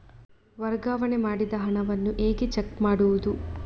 ವರ್ಗಾವಣೆ ಮಾಡಿದ ಹಣವನ್ನು ಹೇಗೆ ಚೆಕ್ ಮಾಡುವುದು?